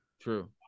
True